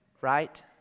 right